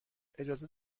اجازه